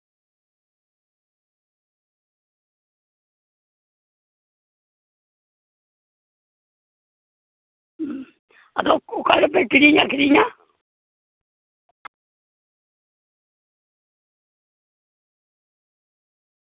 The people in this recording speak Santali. ᱦᱩᱸ ᱟᱫᱚ ᱚᱠᱟ ᱨᱮᱯᱮ ᱠᱤᱨᱤᱧ ᱟᱹᱠᱷᱨᱤᱧᱟ